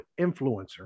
influencer